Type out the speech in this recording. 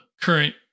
Current